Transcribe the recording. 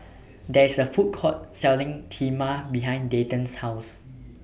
There IS A Food Court Selling Kheema behind Dayton's House